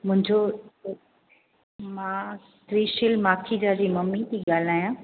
मुंहिंजो मां त्रिशूल माखीजा जी मम्मी थी ॻाल्हायां